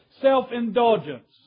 self-indulgence